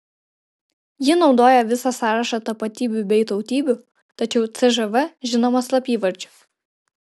ji naudoja visą sąrašą tapatybių bei tautybių tačiau cžv žinoma slapyvardžiu